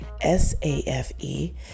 S-A-F-E